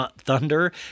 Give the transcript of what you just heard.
Thunder